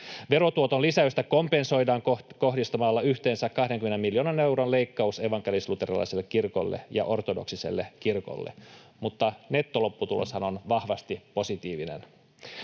Verotuoton lisäystä kompensoidaan kohdistamalla yhteensä 20 miljoonan euron leikkaus evankelis-luterilaiselle kirkolle ja ortodoksiselle kirkolle, mutta nettolopputuloshan on vahvasti positiivinen.